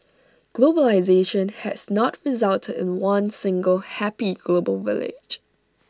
globalisation has not resulted in one single happy global village